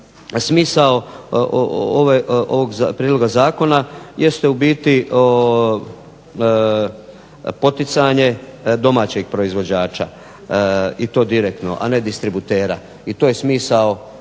smisao ovog prijedloga zakona jeste u biti poticanje domaćeg proizvođača i to direktno, a ne distributera. I to je smisao